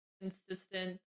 consistent